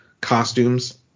costumes